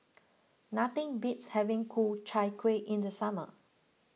nothing beats having Ku Chai Kueh in the summer